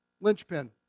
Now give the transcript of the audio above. linchpin